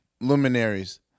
luminaries